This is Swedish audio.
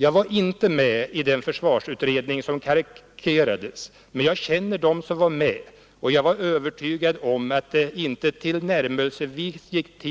Jag var inte med i den försvarsutredning som karikerades, men jag känner dem som var med. Jag är övertygad om att det inte gick till tillnärmelsevis